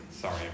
Sorry